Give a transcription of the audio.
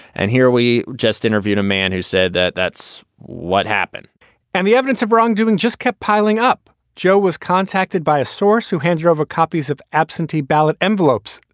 and here we just interviewed a man who said that that's what happened and the evidence of wrongdoing just kept piling up. joe was contacted by a source who handed over copies of absentee ballot envelopes,